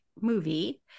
movie